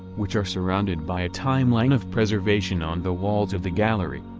which are surrounded by a timeline of preservation on the walls of the gallery.